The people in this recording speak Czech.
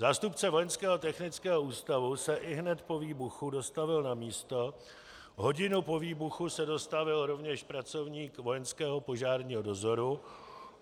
Zástupce Vojenského technického ústavu se ihned po výbuchu dostavil na místo, hodinu po výbuchu se dostavil rovněž pracovník Vojenského požárního dozoru